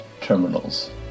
terminals